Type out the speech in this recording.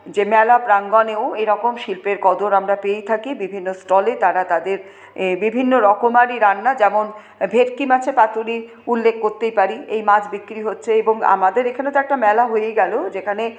যে মেলা প্রাঙ্গণেও এইরকম শিল্পের কদর আমরা পেয়েই থাকি বিভিন্ন স্টলে তারা তাদের বিভিন্ন রকমারি রান্না যেমন ভেটকি মাছের পাতুরি উল্লেখ করতেই পারি এই মাছ বিক্রি হচ্ছে এবং আমাদের এখানে তো একটা মেলা হয়েই গেল যেখানে